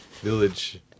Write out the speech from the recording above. village